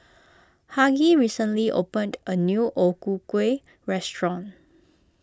Hughie recently opened a new O Ku Kueh restaurant